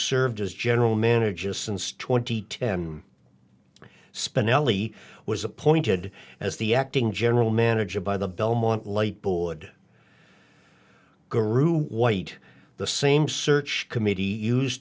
served as general manager since twenty tem spinelli was appointed as the acting general manager by the belmont light board guru white the same search committee use